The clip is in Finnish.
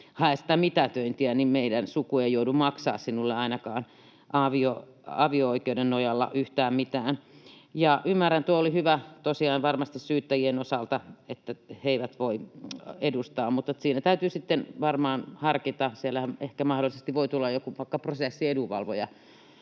hae sitä mitätöintiä, niin meidän suku ei joudu maksamaan sinulle ainakaan avio-oikeuden nojalla yhtään mitään. Ymmärrän, tuo oli hyvä tosiaan varmasti syyttäjien osalta, että he eivät voi edustaa, mutta siinä täytyy sitten varmaan harkita, että siellähän ehkä mahdollisesti voi tulla joku vaikka prosessiedunvalvoja